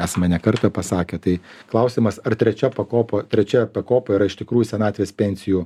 esame ne kartą pasakę tai klausimas ar trečia pakopa trečia pakopa yra iš tikrųjų senatvės pensijų